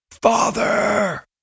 father